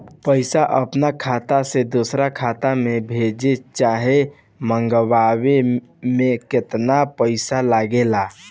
पैसा अपना खाता से दोसरा खाता मे भेजे चाहे मंगवावे में केतना पैसा लागेला?